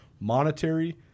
monetary